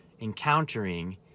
encountering